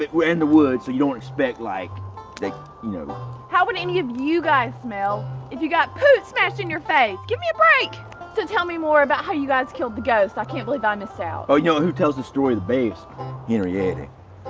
we're in the woods so you don't expect like they you know how would any of you guys smell if you got pooed smash in your face? give me a break so tell me more about how you guys killed the ghost. i can't believe i missed out oh, you know who tells the story the base in reality?